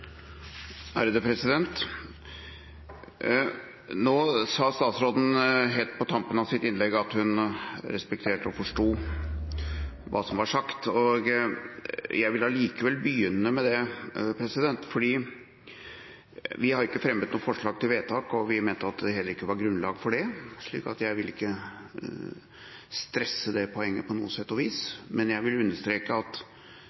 Nå sa statsråden helt på tampen av sitt innlegg at hun respekterte og forsto hva som var sagt. Jeg vil allikevel begynne med det, for vi har ikke fremmet noe forslag til vedtak, og vi mente at det heller ikke var grunnlag for det, så jeg vil ikke stresse det poenget på noe vis. Men jeg vil understreke at